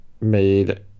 made